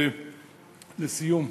ולסיום,